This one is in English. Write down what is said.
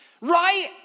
right